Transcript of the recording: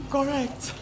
Correct